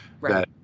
right